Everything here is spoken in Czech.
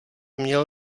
měl